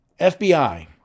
FBI